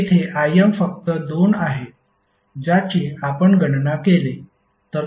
येथे Im फक्त 2 आहे ज्याची आपण गणना केली